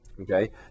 okay